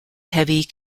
heavy